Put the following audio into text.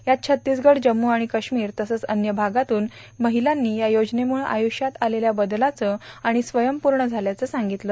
यात छत्तीसगढ जम्मू आणि क्रश्मिर तसंच अन्य भागातून महिलांनी या योजनेमुळं आयुष्यात आलेल्या वदलाचं आणि स्वयंपूर्ण झाल्याचं सांगितलं